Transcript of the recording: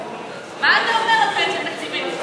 מה אתה אומר על פנסיה תקציבית?